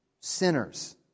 sinners